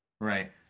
right